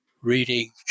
reading